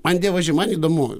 man dievaži man įdomu